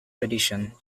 tradition